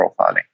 profiling